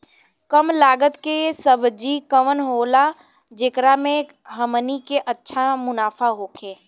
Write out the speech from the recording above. कम लागत के सब्जी कवन होला जेकरा में हमनी के अच्छा मुनाफा होखे?